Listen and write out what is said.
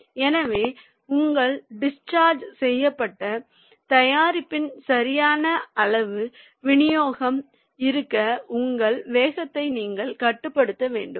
எனவே உங்கள் டிஸ்சார்ஜ் செய்யப்பட்ட தயாரிப்பின் சரியான அளவு விநியோகம் இருக்க உங்கள் வேகத்தை நீங்கள் கட்டுப்படுத்த வேண்டும்